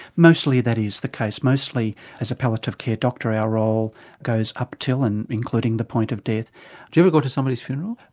mostly that is the case. mostly as a palliative care doctor our role goes up till and including the point of death. do you ever go to somebody's funeral?